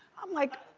i'm like,